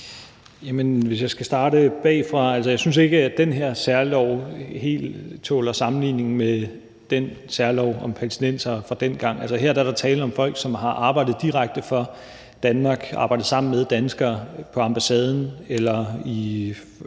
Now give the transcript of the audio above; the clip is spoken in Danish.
Jeg synes ikke, at den her særlov helt tåler sammenligning med den særlov for palæstinenserne fra dengang. Her er der tale om folk, der har arbejdet direkte for Danmark og arbejdet sammen med danskere på ambassaden eller i forbindelse